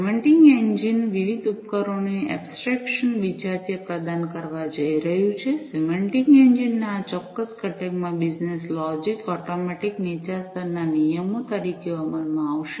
semantic engine વિવિધ ઉપકરણોની abstraction વિજાતીયતા પ્રદાન કરવા જઈ રહ્યું છે સિમેન્ટીક એન્જિન ના આ ચોક્કસ ઘટકમાં બિઝનેસ લોજીક્સ ઓટોમેટિક નીચા સ્તરના નિયમો તરીકે અમલમાં આવશે